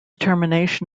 termination